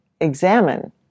examine